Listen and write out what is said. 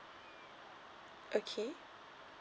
okay